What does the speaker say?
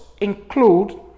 include